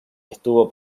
estuvo